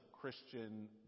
christian